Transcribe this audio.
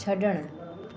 छॾणु